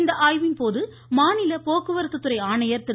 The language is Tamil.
இந்த ஆய்வின் போது மாநில போக்குவரத்துத்துறை ஆணையர் திரு